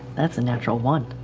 that's a natural one.